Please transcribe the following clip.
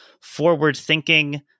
forward-thinking